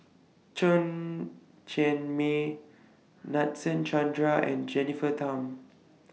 Chen Cheng Mei Nadasen Chandra and Jennifer Tham